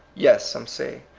yes, some say,